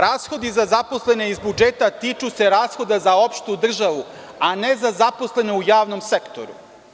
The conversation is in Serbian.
Rashodi za zaposlene iz budžeta, tiču se rashoda za opštu državu, a ne za zaposlene u javnom sektoru.